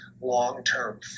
long-term